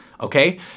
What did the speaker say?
okay